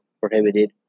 prohibited